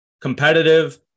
competitive